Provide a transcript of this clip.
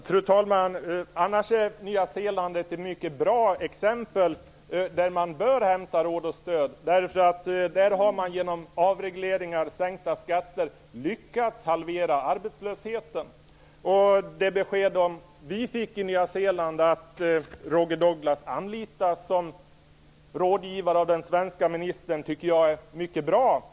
Fru talman! Annars är Nya Zeeland ett mycket bra exempel, där man bör hämta råd och stöd. Där har man genom avregleringar och sänkta skatter lyckats halvera arbetslösheten. Det besked vi fick i Nya Zeeland, att Roger Douglas anlitas som rådgivare av den svenska ministern, tycker jag är mycket bra.